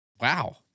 Wow